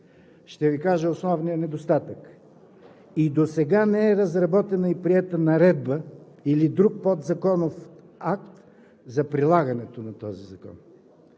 ще Ви кажа основния недостатък – и досега не е разработена и приета наредба или друг подзаконов акт за прилагането на този закон;